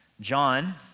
John